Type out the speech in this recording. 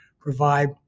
provide